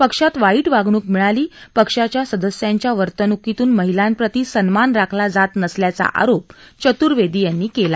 पक्षात वाईट वागणूक मिळाली पक्षाच्या सदस्यांच्या वर्तणूकीतून महिलांप्रती सन्मान राखला जात नसल्याचा आरोप चतूर्वेदी यांनी केला